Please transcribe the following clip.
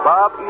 Bob